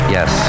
Yes